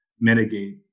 mitigate